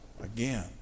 again